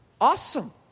Awesome